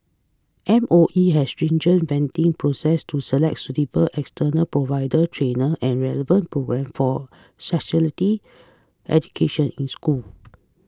M O E has a stringent vetting process to select suitable external provider trainer and relevant programme for sexuality education in school